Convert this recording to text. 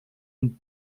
und